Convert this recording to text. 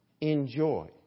enjoy